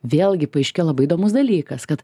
vėlgi paaiškėja labai įdomus dalykas kad